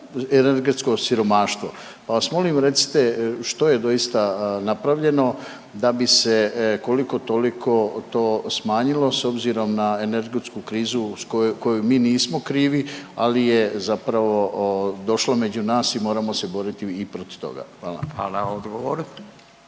energetsko siromaštvo, pa vas molim recite što je doista napravljeno da bi se koliko toliko to smanjilo s obzirom na energetsku krizu koju mi nismo krivi, ali je zapravo došlo među nas i moramo se boriti i protiv toga. Hvala. **Radin,